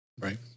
Right